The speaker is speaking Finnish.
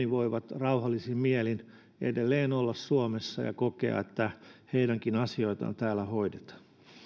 voivat rauhallisin mielin edelleen olla suomessa ja kokea että heidänkin asioitaan täällä hoidetaan